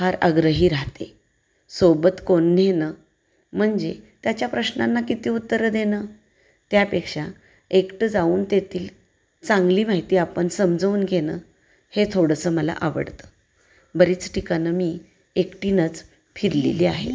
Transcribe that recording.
फार आग्रही राहते सोबत कोणी नेणं म्हणजे त्याच्या प्रश्नांना किती उत्तरं देणं त्यापेक्षा एकटं जाऊन तेथील चांगली माहिती आपण समजावून घेणं हे थोडंसं मला आवडतं बरीच ठिकाणं मी एकटीनंच फिरलेली आहेत